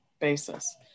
basis